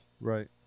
Right